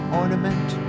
ornament